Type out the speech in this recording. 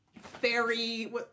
fairy